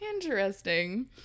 Interesting